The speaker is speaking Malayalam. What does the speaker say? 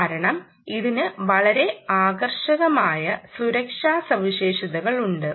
കാരണം ഇതിന് വളരെ ആകർഷകമായ സുരക്ഷാ സവിശേഷതയുണ്ട്